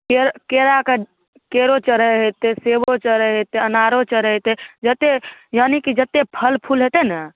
केर केराके केरो चढ़ै हेतै सेबो चढ़ै हेतै अनारो चढ़ै हेतै यानिकि जते फल फूल हेतै ने